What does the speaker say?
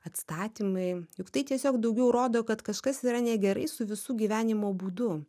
atstatymai juk tai tiesiog daugiau rodo kad kažkas yra negerai su visu gyvenimo būdu